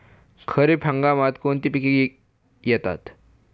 खरीप हंगामात कोणती पिके येतात?